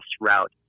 route